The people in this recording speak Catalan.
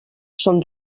són